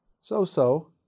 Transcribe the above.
so-so